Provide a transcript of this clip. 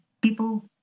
People